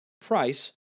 price